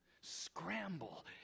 scramble